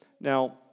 Now